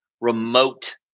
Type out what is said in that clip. remote